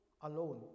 alone